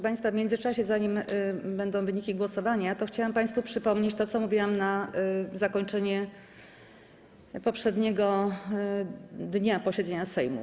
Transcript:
państwa, w międzyczasie, zanim będą wyniki głosowania, chciałam państwu przypomnieć to, co mówiłam na zakończenie poprzedniego dnia posiedzenia Sejmu.